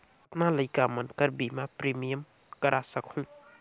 कतना लइका मन कर बीमा प्रीमियम करा सकहुं?